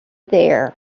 there